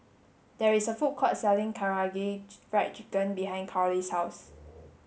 there is a food court selling Karaage Fried Chicken behind Karly's house